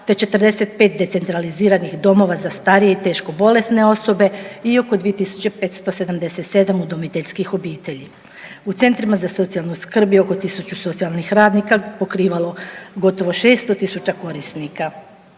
te 45 decentraliziranih domova za starije i teško bolesne osobe i oko 2577 udomiteljskih obitelji. U centrima za socijalnu skrb je oko 1000 socijalnih radnika pokrivalo gotovo 600.000 korisnika.